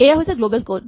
এয়া হৈছে global code